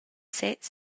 sez